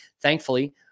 Thankfully